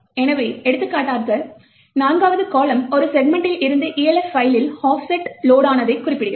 எனவே எடுத்துக்காட்டாக 4 வது கால்லம் ஒரு செக்மென்டில் இருந்து Elf பைலில் ஆஃப்செட் லோடானதைக் குறிப்பிடுகிறது